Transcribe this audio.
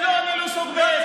לא, אני לא סוג ב'.